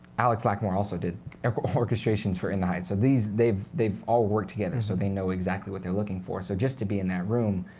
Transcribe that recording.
alex lacamoire also did orchestrations for in the heights. so they've they've all worked together, so they know exactly what they're looking for. so just to be in that room,